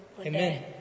Amen